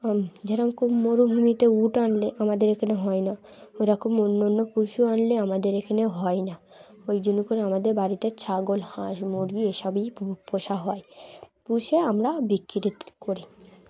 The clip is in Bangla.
যেরকম খুব মরুভূমিতে উট আনলে আমাদের এখানে হয় না ওরকম অন্য অন্য পশু আনলে আমাদের এখানে হয় না ওই জন্য করে আমাদের বাড়িতে ছাগল হাঁস মুরগি এসবই পোষা হয় পুষে আমরা বিক্রি করি